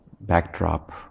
backdrop